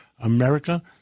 america